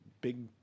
big